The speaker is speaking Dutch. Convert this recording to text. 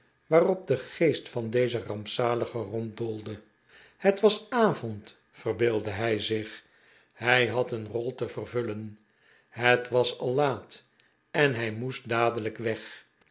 waarop de geest van dezen rampzalige ronddoolde het was avond verbeeldde hij zich hij had een rol te vervullen het was al laat en hij moest dadelijk weg